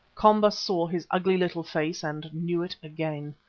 komba saw his ugly little face and knew it again.